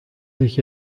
sich